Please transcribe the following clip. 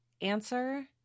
answer